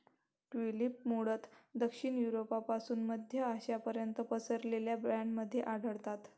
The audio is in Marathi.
ट्यूलिप्स मूळतः दक्षिण युरोपपासून मध्य आशियापर्यंत पसरलेल्या बँडमध्ये आढळतात